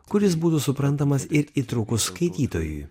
kuris būtų suprantamas ir įtrūkus skaitytojui